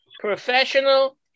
professional